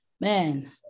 man